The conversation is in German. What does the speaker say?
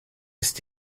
ist